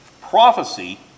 prophecy